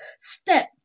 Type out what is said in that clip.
step